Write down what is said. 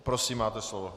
Prosím, máte slovo.